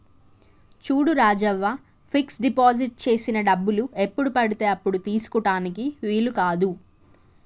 చూడు Rajavva fix deposit చేసిన డబ్బులు ఎప్పుడు పడితే అప్పుడు తీసుకుటానికి వీలు కాదు